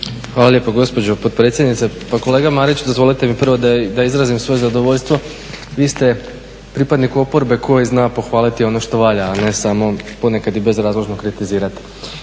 Hvala lijepo gospođo potpredsjedniče. Pa kolega Marić dozvolite mi prvo da izrazim svoje zadovoljstvo vi ste pripadnik oporbe koji zna pohvaliti ono što valja a ne samo ponekad i bezrazložno kritizirati.